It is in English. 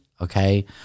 okay